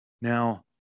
Now